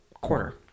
corner